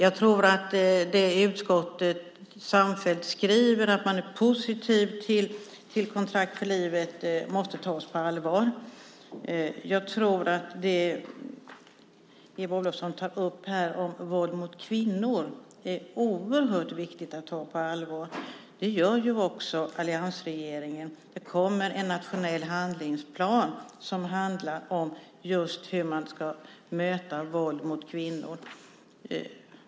Utskottet skriver samfällt att man är positiv och att Kontrakt för livet måste tas på allvar. Det Eva Olofsson tar upp här om våld mot kvinnor är oerhört viktigt att ta på allvar. Det gör också alliansregeringen. Det kommer en nationell handlingsplan som handlar om just hur man ska möta våld mot kvinnor.